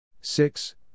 six